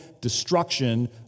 destruction